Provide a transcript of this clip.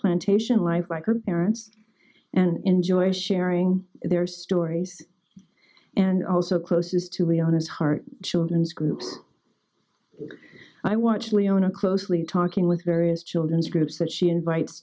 plantation life like her parents and enjoy sharing their stories and also close is to be on his heart children's groups i watch leona closely talking with various children's groups that she invite